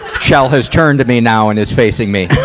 kjell has turned to me now and is facing me,